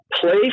Play